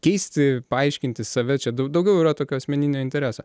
keisti paaiškinti save čia dau daugiau yra tokio asmeninio intereso